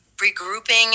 regrouping